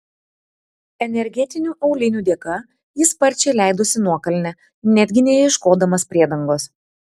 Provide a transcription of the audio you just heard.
energetinių aulinių dėka jis sparčiai leidosi nuokalne netgi neieškodamas priedangos